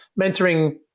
mentoring